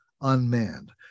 unmanned